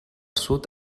sud